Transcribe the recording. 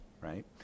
right